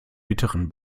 bitteren